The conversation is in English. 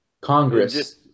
Congress